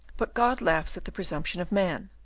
but god laughs at the presumption of man,